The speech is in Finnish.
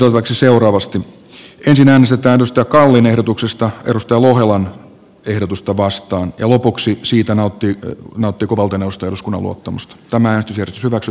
näin ollen ensin äänestetään timo kallin ehdotuksesta maria lohelan ehdotusta vastaan ja lopuksi siitä nauttiiko näytti kuvalta nousta eduskunnan luottamusta tämä nyt jokisumaksu